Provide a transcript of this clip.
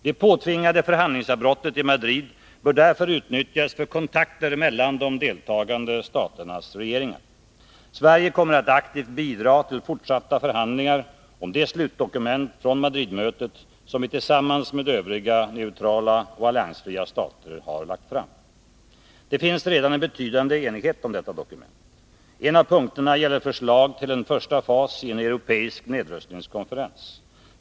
Det påtvingade förhandlingsavbrottet i Madrid bör därför utnyttjas för kontakter mellan de deltagande staternas regeringar. Sverige kommer att aktivt bidra till fortsatta förhandlingar om det slutdokument från Madridmötet som vi tillsammans med övriga neutrala och alliansfria stater har lagt fram. Det finns redan en betydande enighet om detta dokument. En av punkterna gäller förslag till en första fas i en europeisk nedrustningskonferens.